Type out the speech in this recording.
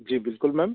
जी बिल्कुल मैम